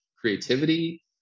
creativity